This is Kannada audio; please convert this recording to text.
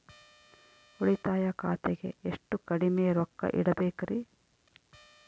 ಉಳಿತಾಯ ಖಾತೆಗೆ ಎಷ್ಟು ಕಡಿಮೆ ರೊಕ್ಕ ಇಡಬೇಕರಿ?